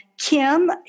Kim